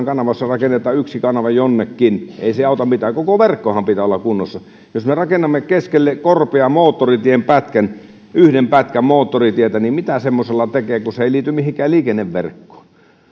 kanava jos rakennetaan yksi kanava jonnekin auta mitään koko verkonhan pitää olla kunnossa jos me rakennamme keskelle korpea moottoritien pätkän yhden pätkän moottoritietä niin mitä semmoisella tekee kun se ei liity mihinkään liikenneverkkoon